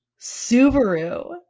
Subaru